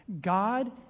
God